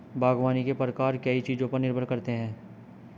बागवानी के प्रकार कई चीजों पर निर्भर करते है